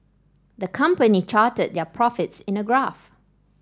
the company charted their profits in a graph